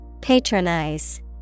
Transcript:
patronize